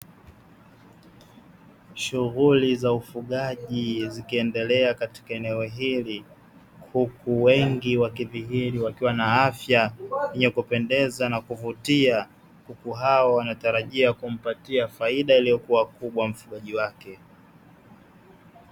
Shughuli za ufugaji zikiendelea katika eneo hili, kuku wengi wakidhihiri wakiwa na afya wenye kupenedeza na kuvutia. Kuku hao wanatarajia kumpatia faida iliyokuwa kubwa mfugaji wake.